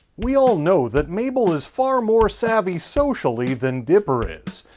we all know that mabel is far more savvy socially than dipper is,